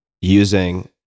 using